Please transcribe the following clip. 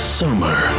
summer